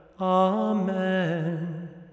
Amen